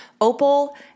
Opal